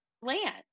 land